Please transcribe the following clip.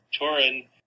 Torin